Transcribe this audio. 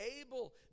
able